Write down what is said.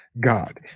God